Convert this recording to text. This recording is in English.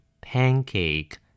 pancake